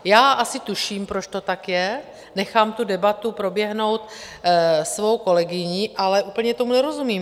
Já asi tuším, proč to tak je, nechám tu debatu proběhnout svou kolegyní, ale úplně tomu nerozumím.